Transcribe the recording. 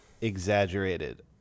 exaggerated